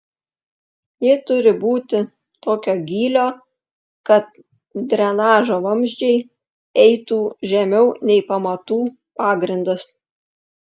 ji turi būti tokio gylio kad drenažo vamzdžiai eitų žemiau nei pamatų pagrindas